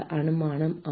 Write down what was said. அனுமானம் ஆம்